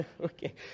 Okay